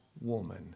woman